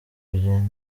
kugenda